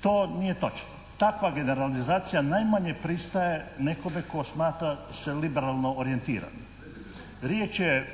To nije točno. Takva generalizacija najmanje pristaje nekome tko smatra se liberalno orijentiran. Riječ je